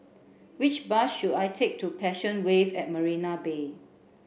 which bus should I take to Passion Wave at Marina Bay